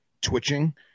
twitching